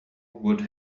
would